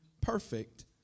perfect